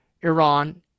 Iran